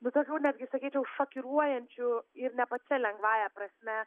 nu tokių netgi sakyčiau šokiruojančių ir ne pačia lengvąja prasme